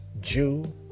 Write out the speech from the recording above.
Jew